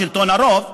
שלטון הרוב,